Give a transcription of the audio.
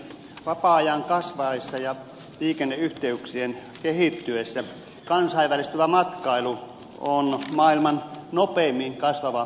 vapaa ajan kasvaessa ja liikenneyhteyksien kehittyessä kansainvälistyvä matkailu on maailman nopeimmin kasvava elinkeino